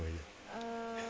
而已